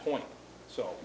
point so